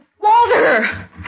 Walter